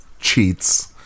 cheats